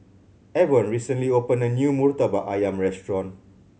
Avon recently opened a new Murtabak Ayam restaurant